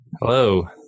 Hello